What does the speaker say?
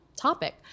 topic